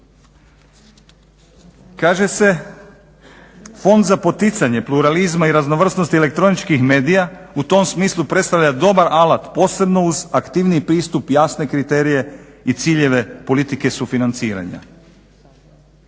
Kaže se "Fond za poticanje pluralizma i raznovrsnosti elektroničkih medija u tom smislu predstavlja dobar alat posebno uz aktivniji pristup i jasnije kriterije i ciljeve politike sufinanciranja".